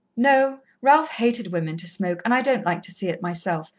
no. ralph hated women to smoke, and i don't like to see it myself,